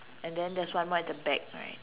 and then there's one more at the back right